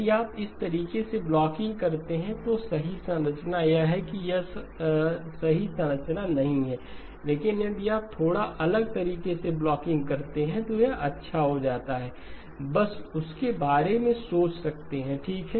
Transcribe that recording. यदि आप इस तरीके से ब्लॉकिंग करते हैं तो सही संरचना यह है यह सही संरचना नहीं है लेकिन यदि आप थोड़ा अलग तरीके से ब्लॉकिंग करते हैं तो यह अच्छा हो जाता है बस उस के बारे में सोच सकते हैं ठीक